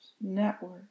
network